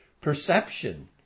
perception